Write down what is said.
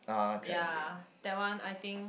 ya that one I think